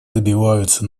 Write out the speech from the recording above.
добиваются